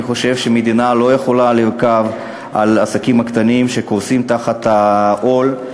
אני חושב שמדינה לא יכולה לרכוב על העסקים הקטנים שקורסים תחת העול,